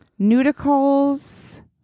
Nudicles